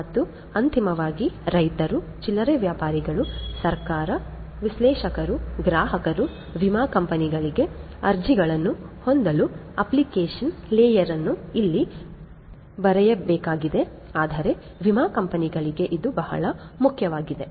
ಮತ್ತು ಅಂತಿಮವಾಗಿ ರೈತರು ಚಿಲ್ಲರೆ ವ್ಯಾಪಾರಿಗಳು ಸರ್ಕಾರ ವಿಶ್ಲೇಷಕರು ಗ್ರಾಹಕರು ವಿಮಾ ಕಂಪೆನಿಗಳಿಗೆ ಅರ್ಜಿಗಳನ್ನು ಹೊಂದಲು ಅಪ್ಲಿಕೇಶನ್ ಲೇಯರ್ ಅನ್ನು ಇಲ್ಲಿ ಬರೆಯಲಾಗಿಲ್ಲ ಆದರೆ ವಿಮಾ ಕಂಪನಿಗಳಿಗೆ ಇದು ಬಹಳ ಮುಖ್ಯವಾಗಿದೆ